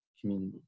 community